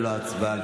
ללא ההצבעה,